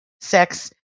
sex